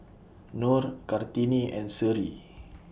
Nor Kartini and Seri